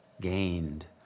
gained